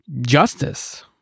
justice